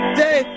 day